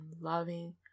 loving